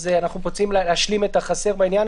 אז אנחנו פה צריכים להשלים את החסר בעניין